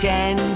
Ten